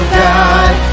god